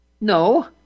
No